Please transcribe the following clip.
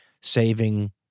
Saving